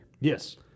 Yes